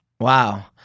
Wow